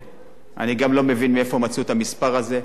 אני גם לא מבין איפה מצאו את המספר הזה.